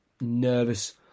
nervous